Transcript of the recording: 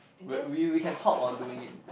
we we can talk while doing it